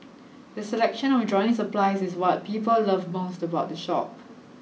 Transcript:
their selection of drawing supplies is what people love most about the shop